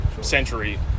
century